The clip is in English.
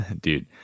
dude